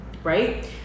right